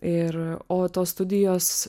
ir o tos studijos